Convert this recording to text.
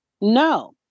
No